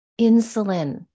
insulin